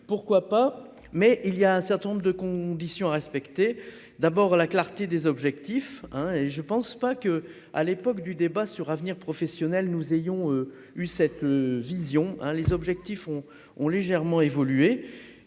pourquoi pas, mais il y a un certain nombre de conditions à respecter d'abord la clarté des objectifs, hein, et je pense pas que à l'époque du débat sur avenir professionnel nous ayons eu cette vision, les objectifs ont ont légèrement évolué